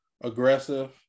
aggressive